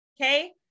okay